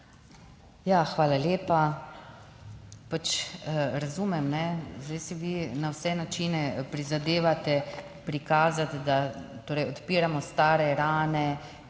Ja, hvala lepa. Pač razumem, zdaj si vi na vse načine prizadevate prikazati, da torej odpiramo stare rane